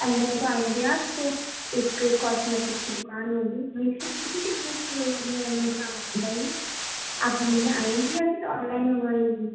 اندر کو آئیں گی آپ تو ایک کاسمیٹک کی دوکان ہوگی وہیں پہ اسی کے جسٹ آپ آئیے آپ لینے آئیں گی یا آن لائن منگوائیں گی